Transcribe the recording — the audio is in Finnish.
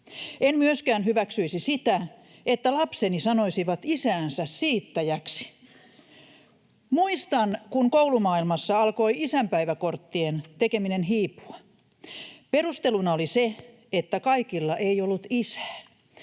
En myöskään hyväksyisi sitä, että lapseni sanoisivat isäänsä siittäjäksi. Muistan, kun koulumaailmassa alkoi isänpäiväkorttien tekeminen hiipua. Perusteluna oli se, että kaikilla ei ollut isää.